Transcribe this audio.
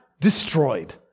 destroyed